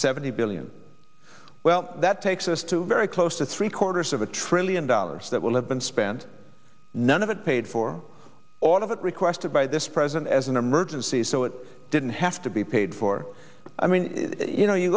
seventy billion well that takes us to very close to three quarters of a trillion dollars that will have been spent none of it paid for all of it requested by this president as an emergency so it didn't have to be paid for i mean you know you